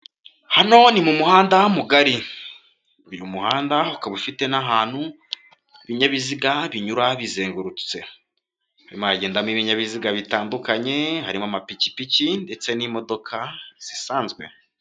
Hano ni mu muhanda mugari, uyu muhanda ukaba ufite n'ahantu ibinyabiziga binyura bizengurutse, harimo haragendamo ibinyabiziga bitandukanye harimo amapikipiki ndetse n'imodoka zisanzwe.